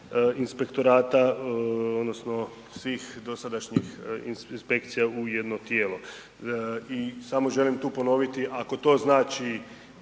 inspektorata odnosno svih dosadašnjih inspekcija u jedno tijelo. I samo želim tu ponoviti, ako to znači